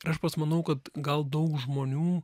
ir aš pats manau kad gal daug žmonių